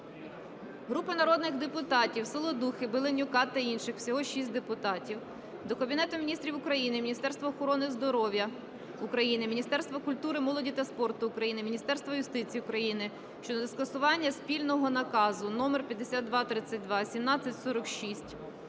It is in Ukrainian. Групи народних депутатів (Саладухи, Беленюка та інших - всього 6 депутатів) до Кабінету Міністрів України, Міністерства охорони здоров'я України, Міністерства культури, молоді та спорту України, Міністерства юстиції України щодо скасування спільного наказу №5232/1746